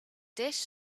dish